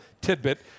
tidbit